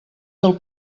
del